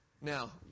Now